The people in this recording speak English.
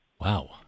Wow